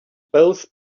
both